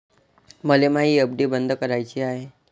मले मायी एफ.डी बंद कराची हाय